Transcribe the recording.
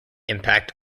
impact